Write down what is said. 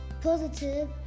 Positive